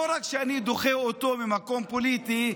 לא רק שאני דוחה אותו ממקום פוליטי,